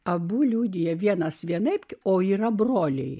abu liudija vienas vienaip o yra broliai